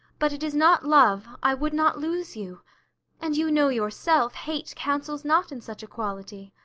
but it is not love, i would not lose you and you know yourself hate counsels not in such a quality.